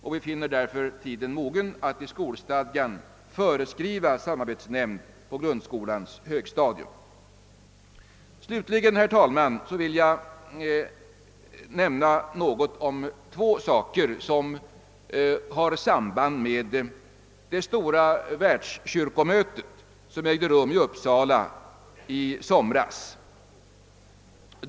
Vi finner därför tiden mogen att i skolstadgan föreskriva samarbetsnämnd för grundskolans högstadium. Slutligen, herr talman, vill jag nämna något om två saker, som har samband med det stora världskyrkomötet som ägde rum i Uppsala i somras.